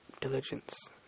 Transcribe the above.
diligence